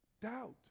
Doubt